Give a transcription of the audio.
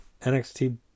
NXT